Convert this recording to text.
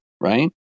right